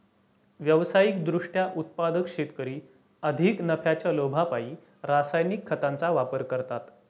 व्यावसायिक दृष्ट्या उत्पादक शेतकरी अधिक नफ्याच्या लोभापायी रासायनिक खतांचा वापर करतात